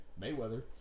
Mayweather